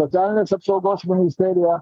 socialinės apsaugos ministerija